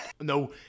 No